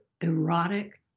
erotic